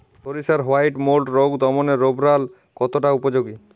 সরিষার white mould রোগ দমনে রোভরাল কতটা উপযোগী?